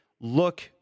look